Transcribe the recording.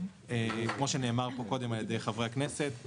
וכמו שנאמר פה קודם על ידי חברי הכנסת,